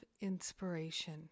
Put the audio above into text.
inspiration